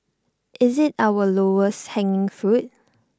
is IT our lowest hanging fruit